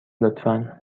لطفا